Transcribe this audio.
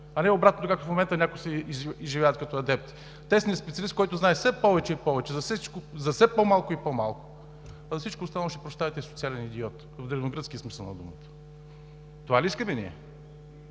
а не обратното, както в момента някои се изживяват като адепти. Тесният специалист, който знае все повече и повече за все по-малко и по-малко, а за всичко останало, ще прощавате, е социален идиот в древногръцкия смисъл на думата. Това ли искаме ние?